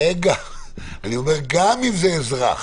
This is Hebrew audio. אני אומר, גם אם זה אזרח